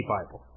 Bible